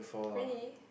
really